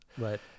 Right